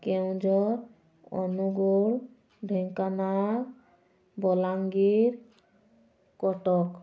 Keonjhar Angul Dhenkanal Balangir Cuttack